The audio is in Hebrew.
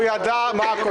הוא ידע מה הכותרת.